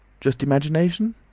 just imagination?